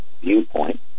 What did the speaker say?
viewpoint